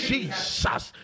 Jesus